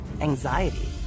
anxiety